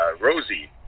Rosie